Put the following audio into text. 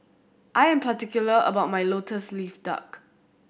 I am particular about my Lotus Leaf Duck